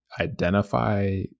identify